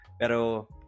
Pero